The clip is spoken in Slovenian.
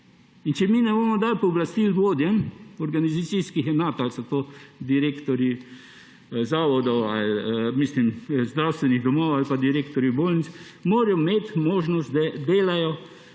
In če mi ne bomo dali pooblastil vodjem organizacijskih enot, ali so to direktorji zdravstvenih domov ali pa direktorji bolnic, morajo imeti možnost, da delajo.